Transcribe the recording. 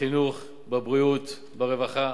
בחינוך, בבריאות, ברווחה.